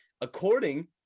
According